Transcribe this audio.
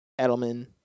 Edelman